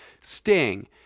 Sting